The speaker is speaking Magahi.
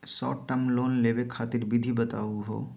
शार्ट टर्म लोन लेवे खातीर विधि बताहु हो?